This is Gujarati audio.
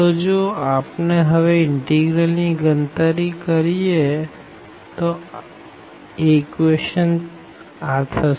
તો જો આપણે હવે ઇનટીગ્રલ ની ગણતરી કરીએ તો તે ∬Rex2y2dydx થશે